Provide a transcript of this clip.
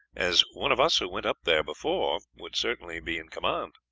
as one of us who went up there before would certainly be in command.